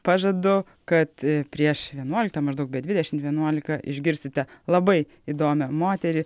pažadu kad prieš vienuoliktą maždaug be dvidešimt vienuolika išgirsite labai įdomią moterį